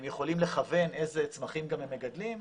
הם יכולים לכוון איזה צמחים גם הם מגדלים.